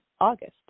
August